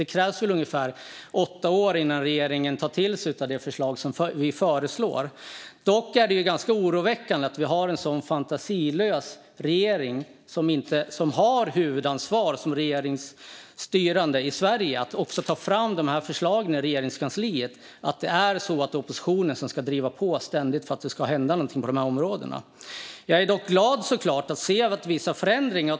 Det krävs ungefär åtta år innan regeringen tar till sig de förslag vi föreslår. Dock är det ganska oroväckande att vi har en så fantasilös regering, som har huvudansvaret som styrande i Sverige för att ta fram dessa förslag i Regeringskansliet, att det är oppositionen som ständigt får driva på för att det ska hända något på dessa områden. Men jag är såklart glad att se vissa förändringar.